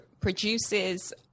produces